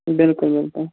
بِلکُل بِلکُل